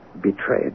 betrayed